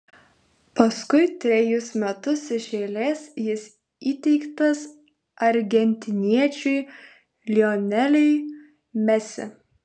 paskui trejus metus iš eilės jis įteiktas argentiniečiui lioneliui messi